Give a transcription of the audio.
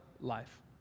life